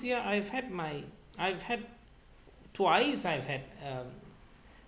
ya I've had my I've had twice I've had um